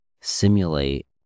simulate